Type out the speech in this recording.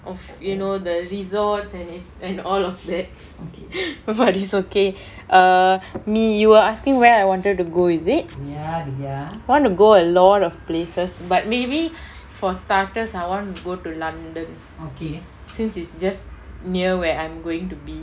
oh you know the resorts and it's and all of that but is okay err me you were asking where I wanted to go is it I want to go a lot of places but maybe for starters I want to go to london since it's just near where I'm going to be